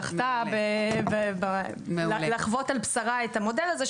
זכתה לחוות על בשרה את המודל הזה,